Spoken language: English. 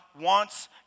wants